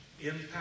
impact